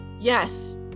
Yes